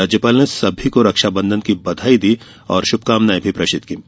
राज्यपाल ने सभी को रक्षाबंधन की बधाई और शुभकामनाएं भी दीं